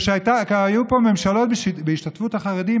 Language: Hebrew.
כשהיו פה ממשלות בהשתתפות החרדים,